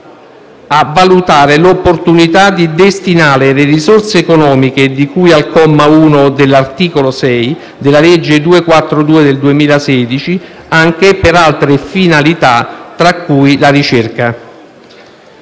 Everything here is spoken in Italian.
«a valutare l'opportunità di destinare le risorse economiche di cui al comma 1 dell'articolo 6 della legge n. 242 del 2016 anche per altre finalità, tra cui la ricerca».